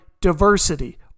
diversity